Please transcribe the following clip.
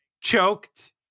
choked